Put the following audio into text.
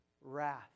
wrath